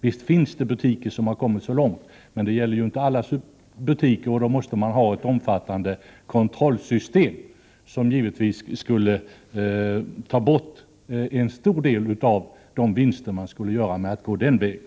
Visst finns det butiker som har kommit så långt, men det gäller inte alla butiker. Då måste man ha ett omfattande kontrollsystem, som givetvis skulle ta bort en stor del av de vinster som man skulle göra med att gå den vägen.